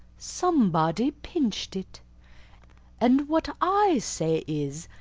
somebody pinched it and what i say is,